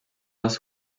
aus